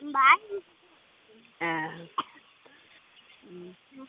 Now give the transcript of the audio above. ए